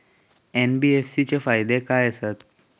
NBFC चे फायदे खाय आसत?